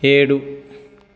ఏడు